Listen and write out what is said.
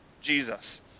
Jesus